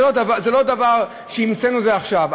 זה לא דבר שהמצאנו עכשיו.